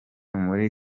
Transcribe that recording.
muri